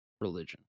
religion